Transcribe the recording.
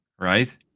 right